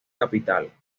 capital